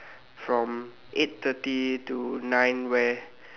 from eight thirty to nine where